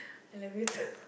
I love you too